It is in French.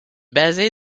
basé